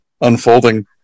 unfolding